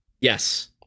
Yes